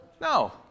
No